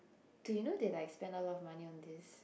dude you know they like spend a lot of money on this